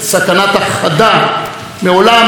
מעולם לא היה טוב יותר.